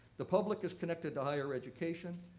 the public is connected to higher education,